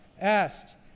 asked